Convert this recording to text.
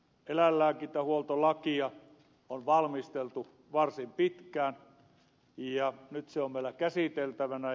eläinlääkintähuoltolakia on valmisteltu varsin pitkään ja nyt se on meillä käsiteltävänä